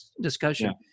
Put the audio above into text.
discussion